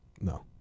No